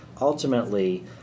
ultimately